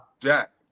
jack